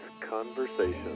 Conversation